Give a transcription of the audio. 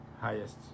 highest